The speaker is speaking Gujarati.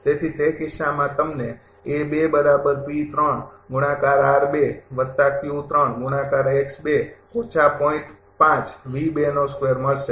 તેથી તે કિસ્સામાં તમને મળશે